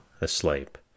asleep